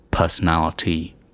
...personality